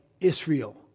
Israel